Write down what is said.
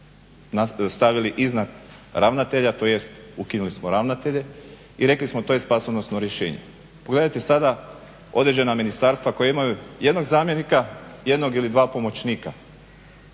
stavili iznad ravnatelja, tj. ukinuli smo ravnatelje i rekli smo to je spasonosno rješenje. Pogledajte sada određena ministarstva koja imaju jednog zamjenika, jednog ili dva pomoćnika,